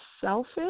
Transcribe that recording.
selfish